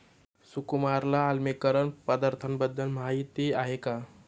सुकुमारला आम्लीकरण पदार्थांबद्दल माहिती आहे का?